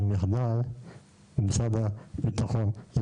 למשרד הביטחון,